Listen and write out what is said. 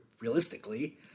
realistically